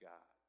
God